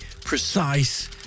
precise